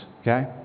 okay